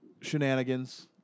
shenanigans